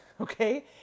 okay